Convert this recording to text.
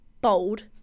bold